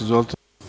Izvolite.